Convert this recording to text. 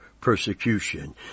persecution